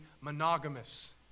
monogamous